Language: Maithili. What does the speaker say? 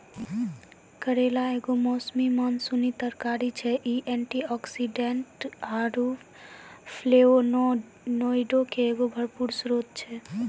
करेला एगो मौसमी मानसूनी तरकारी छै, इ एंटीआक्सीडेंट आरु फ्लेवोनोइडो के एगो भरपूर स्त्रोत छै